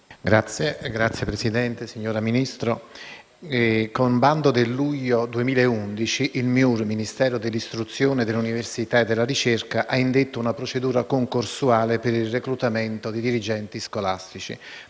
PATT, UPT)-PSI-MAIE)*. Signora Ministra, con bando del luglio 2011, il Ministero dell'istruzione, dell'università e della ricerca ha indetto una procedura concorsuale per il reclutamento di dirigenti scolastici: